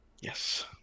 yes